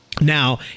Now